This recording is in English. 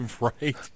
Right